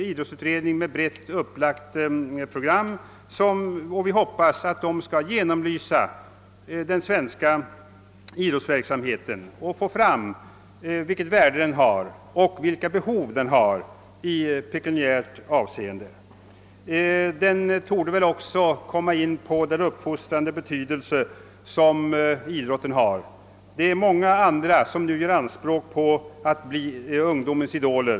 Idrottsutredningen har ett brett upplagt program, och vi hoppas att den skall genomlysa den svenska idrottsverksamheten och klart visa vilket värde som ligger i denna och vilka behov den har i pekuniärt avseende. Utredningen torde också komma in på den uppfostrande betydelse som idrotten har. Det finns många andra som nu gör anspråk på att bli ungdomens idoler.